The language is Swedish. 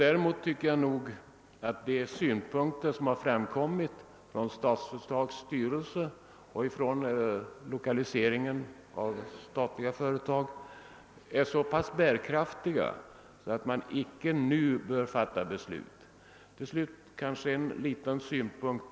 Däremot tycker jag att de argument som har förts fram av styrelsen för Statsföretag AB och delegationen för lokalisering av statlig verksamhet är så bärkraftiga att vi inte nu bör fatta beslut. Till slut ytterligare en synpunkt.